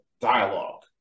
dialogue